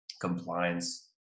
compliance